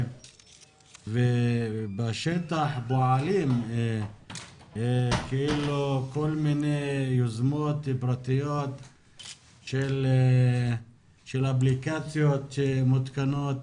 ובשטח פועלים כאילו כל מיני יוזמות פרטיות של אפליקציות שמותקנות